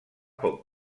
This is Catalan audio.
poc